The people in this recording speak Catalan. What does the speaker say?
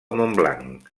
montblanc